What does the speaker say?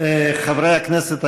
חברי הכנסת,